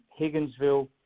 Higginsville